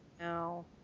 no